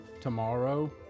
Tomorrow